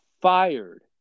fired